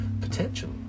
potential